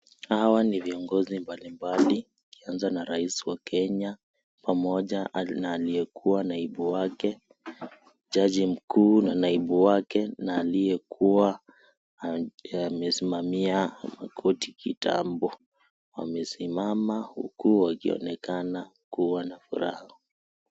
Hawa ni viongozi mbalimbali tukianza na rais wa Kenya pamoja na aliyekuwa naibu wake , jaji mkuu na naibu wake na aliyekuwa amesimamia koti kitambo , wamesimama huku wakionekana kuwa na furaha.